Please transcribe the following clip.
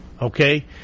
Okay